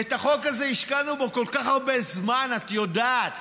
החוק הזה, השקענו בו כל כך הרבה זמן, את יודעת.